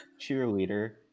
cheerleader